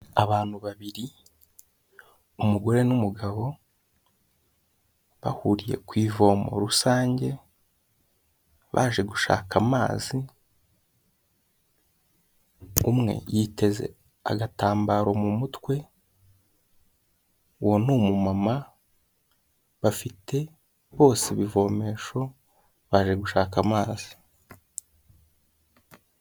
Abantu babiri umugore n'umugabo bahuriye ku ivomo rusange baje gushaka amazi, umwe yiteze agatambaro mu mutwe, uwo ni umumama; bafite bose ibivomesho, baje gushaka amazi.